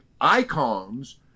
icons